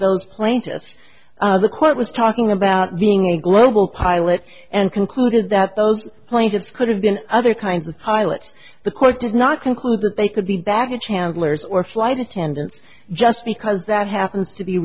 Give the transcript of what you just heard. those plaintiffs the quote was talking about being a global pilot and concluded that those plaintiffs could have been other kinds of pilots the court did not conclude that they could be baggage handlers or flight attendants just because that happens to be